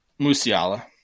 Musiala